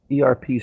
erp